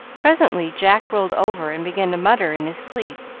presently jack rolled over and began to mutter in his sleep,